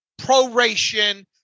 proration